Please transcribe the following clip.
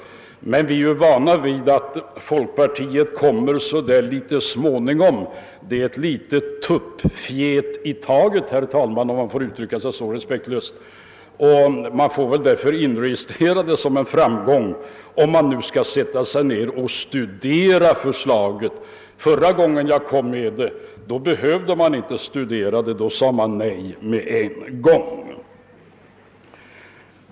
Men vi är ju vana vid att folkpartiet kommer litet så småningom. Det är ett litet tuppfjät framåt, om jag får uttrycka mig så respektlöst, och jag får väl därför inregistrera det som en framgång att folkpartiet nu skall studera förslaget. Förra gången jag framförde det behövde man där inte studera det. Då sade man nej direkt.